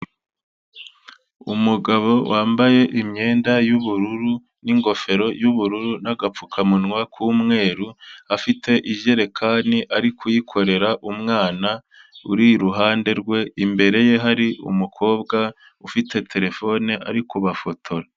Umugabo wambaye imyenda y'ubururu n'ingofero y'ubururu n'agapfukamunwa k'umweru, afite ijerekani ari kuyikorera umwana uri iruhande rwe, imbere ye hari umukobwa ufite telefone ari kubafotora.